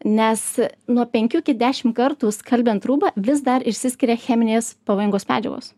nes nuo penkių iki dešim kartų skalbiant rūbą vis dar išsiskiria cheminės pavojingos medžiagos